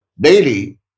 Daily